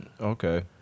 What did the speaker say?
Okay